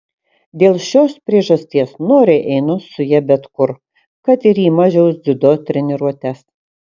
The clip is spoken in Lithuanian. dėl šios priežasties noriai einu su ja bet kur kad ir į mažiaus dziudo treniruotes